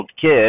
kid